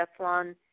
Teflon